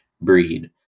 breed